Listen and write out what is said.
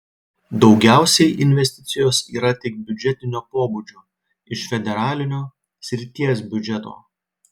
daugiausiai investicijos yra tik biudžetinio pobūdžio iš federalinio srities biudžeto